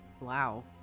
Wow